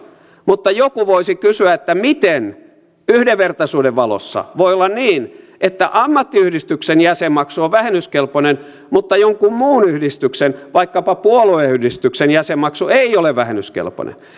mutta joku voisi kysyä miten yhdenvertaisuuden valossa voi olla niin että ammattiyhdistyksen jäsenmaksu on vähennyskelpoinen mutta jonkun muun yhdistyksen vaikkapa puolueyhdistyksen jäsenmaksu ei ole vähennyskelpoinen